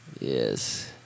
Yes